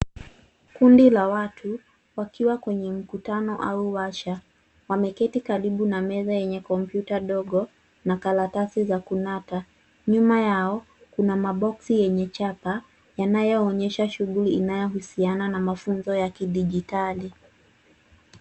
Kundi la watu wakiwa kwenye mkutano au warsha. Wameketi karibu na meza yenye kompyuta ndogo na karatasi za kunata. Nyuma yao kuna ma box yenye chapa yanayoonyesha shughuli inayohusiana na mafunzo ya kidijitali.